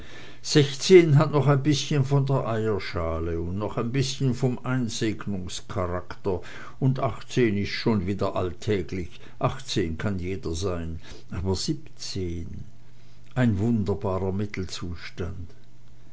sechzehn hat noch ein bißchen von der eierschale noch ein bißchen den einsegnungscharakter und achtzehn ist schon wieder alltäglich achtzehn kann jeder sein aber siebzehn ein wunderbarer